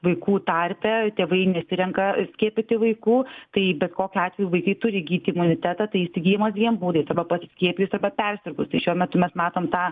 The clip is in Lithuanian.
vaikų tarpe tėvai nesirenka skiepyti vaikų tai bet kokiu atveju vaikai turi įgyti imunitetą tai įsigijama dviem būdais arba pasiskiepijus arba persirgustai šiuo metu mes matom tą